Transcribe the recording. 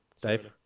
Dave